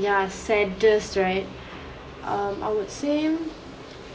ya saddest right um I would say